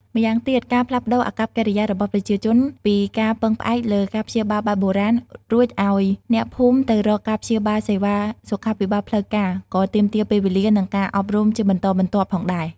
ម្យ៉ាងទៀត ការផ្លាស់ប្តូរ អាកប្បកិរិយារបស់ប្រជាជន ពីការពឹងផ្អែកលើការព្យាបាលបែបបុរាណ រួចអោយអ្នកភូមិទៅរកការព្យាបាលសេវាសុខាភិបាលផ្លូវការ ក៏ទាមទារពេលវេលា និងការអប់រំជាបន្តបន្ទាប់ផងដែរ។